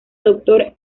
doctor